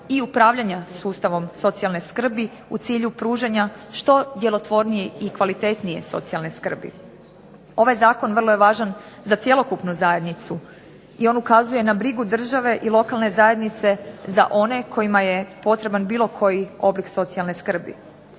i upravljanja sustavom socijalne skrbi u cilju pružanja što djelotvornije i kvalitetnije socijalne skrbi. Ovaj zakon vrlo je važan za cjelokupnu zajednicu i on ukazuje na brigu države i lokalne zajednice za one kojima je potreban bilo koji oblik socijalne skrbi.